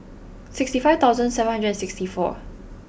sixty five thousand seven hundred and sixty four